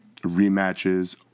rematches